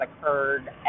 occurred